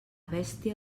bèstia